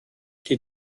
die